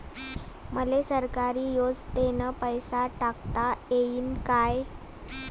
मले सरकारी योजतेन पैसा टाकता येईन काय?